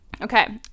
Okay